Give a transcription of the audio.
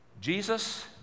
Jesus